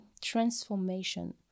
transformation